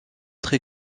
très